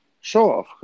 sure